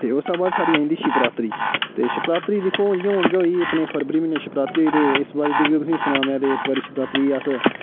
ते ओसा बाद साढ़ी आई जन्दी शिवरात्रि ते शिवरात्रि दिक्खो इ'यै हून गै होई अपने फरबरी म्हीने शिवरात्रि होई ते इस बारी तुसें गी सनांऽ ना में ते इस बारी शिवरात्रि अस उद्धरा गे उठी